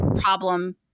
problem